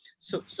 so,